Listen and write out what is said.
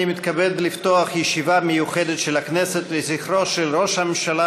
אני מתכבד לפתוח ישיבה מיוחדת של הכנסת לזכרו של ראש הממשלה